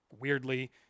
weirdly